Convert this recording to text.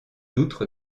outre